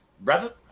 brother